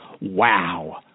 Wow